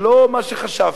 זה לא מה שחשבת,